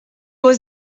was